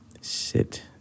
sit